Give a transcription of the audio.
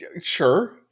Sure